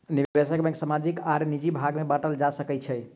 निवेश बैंक सामाजिक आर निजी भाग में बाटल जा सकै छै